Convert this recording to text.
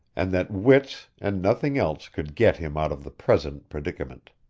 and that wits and nothing else could get him out of the present predicament.